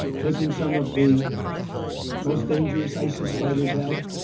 taking some of the most dangerous isis fighters out.